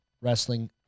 Wrestling